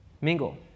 mingle